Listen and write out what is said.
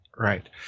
Right